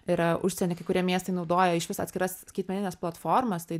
yra užsieny kai kurie miestai naudoja išvis atskiras skaitmenines platformas tai